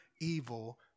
evil